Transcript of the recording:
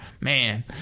Man